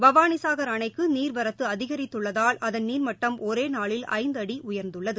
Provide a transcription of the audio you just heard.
பவானிசாகர் அணைக்கு நீர்வரத்து அதிகரித்துள்ளதால் அகுள் நீரமட்டம் ஒரே நாளில் ஐந்து அடி உயர்ந்துள்ளது